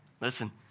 Listen